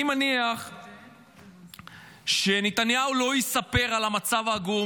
אני מניח שנתניהו לא יספר על המצב העגום